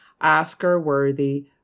Oscar-worthy